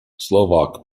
slovak